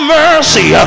mercy